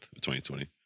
2020